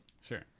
Sure